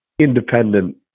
Independent